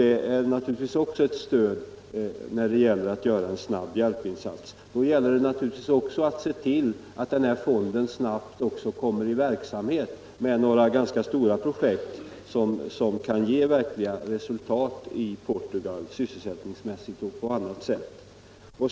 Det är naturligtvis också en väg för att göra en snabb hjälpinsats. Då gäller det naturligtvis också att se till att fonden snabbt sätts i funktion med några ganska stora projekt som kan ge verkliga sysselsättningsmässiga resultat i Portugal.